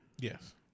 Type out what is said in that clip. Yes